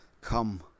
come